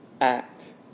act